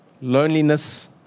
loneliness